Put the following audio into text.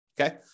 okay